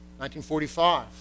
1945